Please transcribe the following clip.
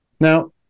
Now